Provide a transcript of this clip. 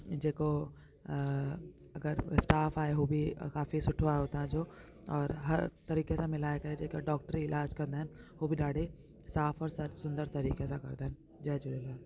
जेको अगरि उहे स्टाफ आहे उहो बि अ काफी सुठो आहे हुतां जो और हर तरीक़े सां मिलाये करे जेका डॉक्टरी इलाज कंदा आहिनि हुओ बि ॾाढे साफ़ ओर सर सुंदर तरीक़े सां कंदा आहिनि जय झूलेलाल